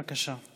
בבקשה.